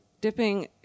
dipping